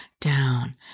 down